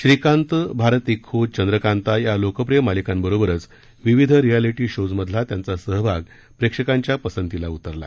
श्रीकांत भारत एक खोज चंद्रकांता या लोकप्रिय मालिकांबरोबरच विविध रिअखिंटी शो मधला त्यांचा सहभाग प्रेक्षकांच्या पसंतीला उतरला